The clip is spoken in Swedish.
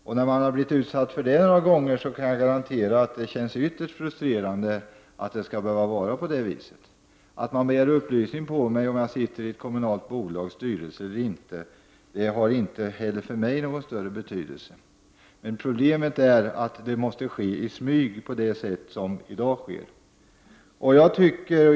Och jag kan garantera att det känns ytterst frustrerande att det skall behöva vara på det viset när man har blivit utsatt för detta några gånger. Om man begär upplysning på mig, har det inte heller för mig någon större betydelse om jag sitter i ett kommunalt bolags styrelse eller inte. Problemet är att det måste ske i smyg, såsom det i dag gör.